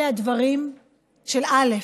אלה הדברים של א',